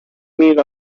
meet